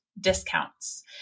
discounts